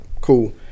Cool